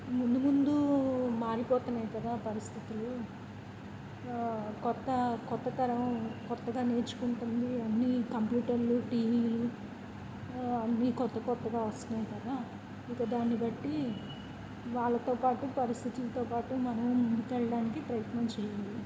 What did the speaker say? ముందు ముందు మారిపోతున్నాయి కదా పరిస్థితులు కొత్త కొత్త తరం కొత్తగా నేర్చుకుంటుంది అన్నీ కంప్యూటర్లు టీవీలు అన్నీ కొత్త కొత్తగా వస్తున్నాయి కదా ఇక దాన్ని బట్టి వాళ్లతో పాటు పరిస్థితులతో పాటు ముందుకు వెళ్ళడానికిప్రయత్నం చేయాలి